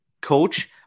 Coach